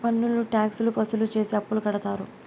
పన్నులు ట్యాక్స్ లు వసూలు చేసి అప్పులు కడతారు